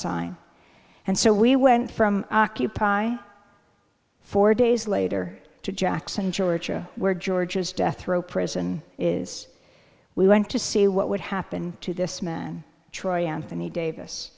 sign and so we went from occupy four days later to jackson georgia where georgia's death row prison is we went to see what would happen to this man troy anthony davis